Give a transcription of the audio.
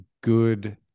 good